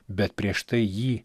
bet prieš tai jį